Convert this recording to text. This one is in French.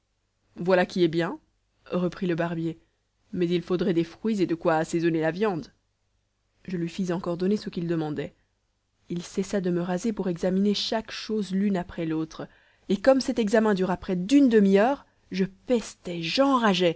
voilà qui est bien reprit le barbier mais il faudrait des fruits et de quoi assaisonner la viande je lui fis encore donner ce qu'il demandait il cessa de me raser pour examiner chaque chose l'une après l'autre et comme cet examen dura près d'une demi-heure je pestais